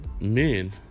men